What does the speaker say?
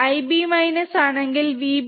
Ib ആണെങ്കിൽ vb